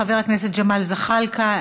חבר הכנסת ג'מאל זחאלקה,